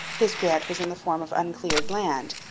his grant was in the form of uncleared land,